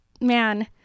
man